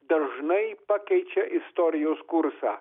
dažnai pakeičia istorijos kursą